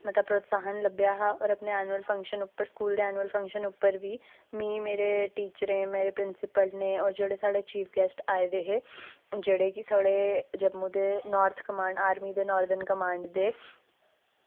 मता प्रतोसाह्न लब्भेआ हा और अपने एनूअल फंक्शन स्कूल दे एनूअल फंक्शन उप्पर वी मिगी मेरे टीचरें मेरे प्रिंसीपल ने और जेह्ड़े साढ़े चीफ गेस्ट आये दे हे जेह्ड़े कि साढ़े जम्मू दे नॉर्थ कमांड आर्मी दे नार्थन कमांड दे